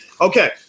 Okay